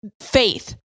faith